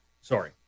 Sorry